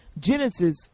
genesis